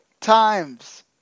times